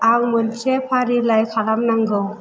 आं मोनसे फारिलाइ खालामनांगौ